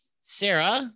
Sarah